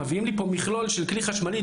מביאים לפה מכלול של כלי חשמלי,